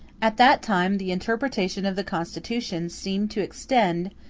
at that time the interpretation of the constitution seemed to extend,